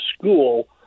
school